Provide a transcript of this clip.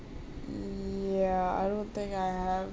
ya I don't think I have